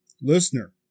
Listener